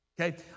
okay